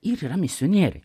ir yra misionieriai